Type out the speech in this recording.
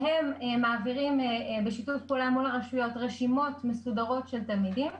והם מעבירים בשיתוף פעולה עם הרשויות רשימות מסודרות של תלמידים,